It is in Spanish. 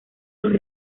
los